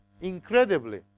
incredibly